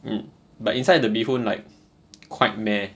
mm but inside the bee hoon like quite meh